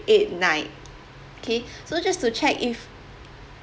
eight night kay so just to check if